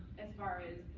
as far as